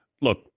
Look